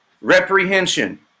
Reprehension